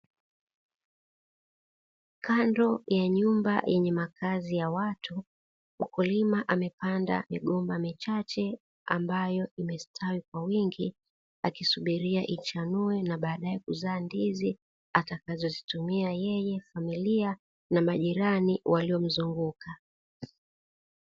Kando ya nyumba yenye makazi ya watu mkulima amepanda migomba michache, ambayo imestawi kwa wingi akisubiria ichanue na baadae kuzaa ndizi atakazozitumia yeye familia na majirani wanaomzunguka.